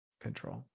control